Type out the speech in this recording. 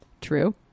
True